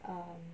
um